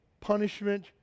punishment